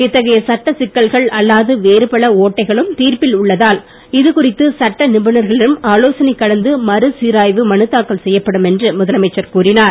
இத்தகைய சட்ட சிக்கல்கள் அல்லாது வேறுபல ஓட்டைகளும் தீர்ப்பில் உள்ளதால் இது குறித்து சட்ட நிபுணர்களிடம் ஆலோசனை கலந்து மறுசீராய்வு மனு தாக்கல் செய்யப்படும் என்று முதலமைச்சர் கூறினார்